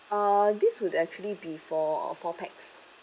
uh this would actually be for four pax